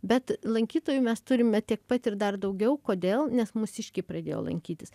bet lankytojų mes turime tiek pat ir dar daugiau kodėl nes mūsiškiai pradėjo lankytis